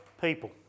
people